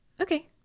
Okay